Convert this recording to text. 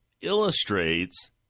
illustrates